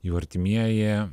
jų artimieji